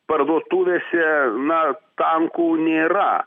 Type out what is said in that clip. parduotuvėse na tankų nėra